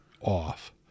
off